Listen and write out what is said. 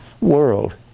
world